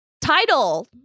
title